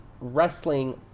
wrestling